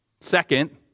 Second